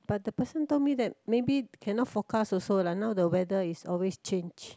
but the person told me that maybe cannot forecast also lah now the weather is always change